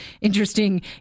interesting